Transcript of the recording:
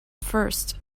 first